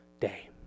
day